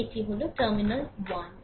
এবং এটি হল টার্মিনাল 1